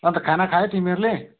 अन्त खाना खायौ तिमीहरूले